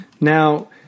Now